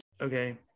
Okay